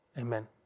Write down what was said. Amen